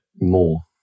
more